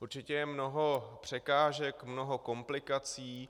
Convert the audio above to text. Určitě je mnoho překážek, mnoho komplikací.